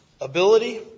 ability